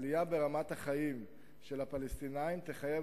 עלייה ברמת החיים של הפלסטינים תחייב